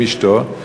עם אשתו,